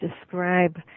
describe